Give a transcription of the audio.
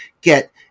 get